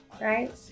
right